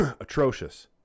Atrocious